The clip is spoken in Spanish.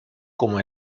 como